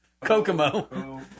Kokomo